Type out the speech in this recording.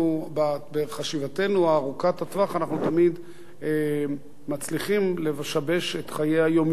בחשיבתנו ארוכת הטווח אנחנו תמיד מצליחים לשבש את חיי היום-יום